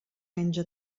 menja